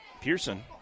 Pearson